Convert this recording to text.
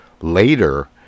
later